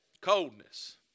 Coldness